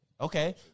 Okay